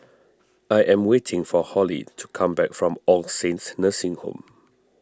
I am waiting for Hollie to come back from All Saints Nursing Home